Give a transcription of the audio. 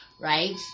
Right